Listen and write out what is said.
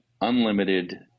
unlimited